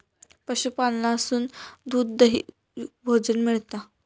पशूपालनासून दूध, दही, भोजन मिळता